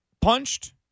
punched